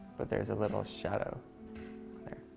but there's a little shadow there,